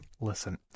Listen